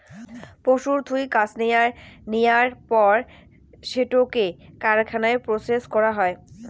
পশুর থুই কাশ্মেয়ার নেয়ার পর সেটোকে কারখানায় প্রসেস করাং হই